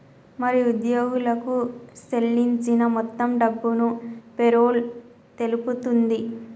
మరి ఉద్యోగులకు సేల్లించిన మొత్తం డబ్బును పేరోల్ తెలుపుతుంది